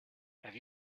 have